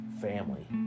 family